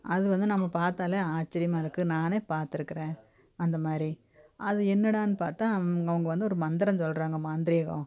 அது வந்து நம்ம பார்த்தாலே ஆச்சிரியமாக இருக்கு நானே பார்த்துருக்கறேன் அந்த மாதிரி அது என்னடான்னு பார்த்தா அவங்க வந்து ஒரு மந்திரம் சொல்லுறாங்க மாந்திரீகம்